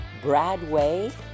Bradway